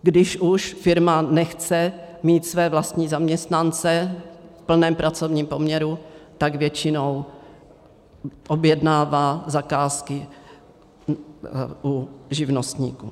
Když už firma nechce mít své vlastní zaměstnance v plném pracovním poměru, tak většinou objednává zakázky u živnostníků.